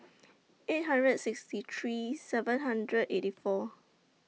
eight hundred and sixty three seven hundred eighty four